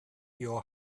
your